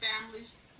families